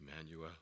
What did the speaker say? Emmanuel